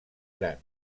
gran